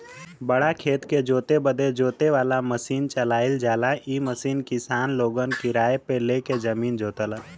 बड़ा खेत के जोते बदे जोते वाला मसीन चलावल जाला इ मसीन किसान लोगन किराए पे ले के जमीन जोतलन